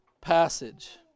passage